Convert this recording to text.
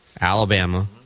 Alabama